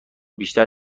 بیشتر